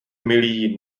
milý